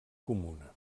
comuna